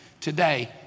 today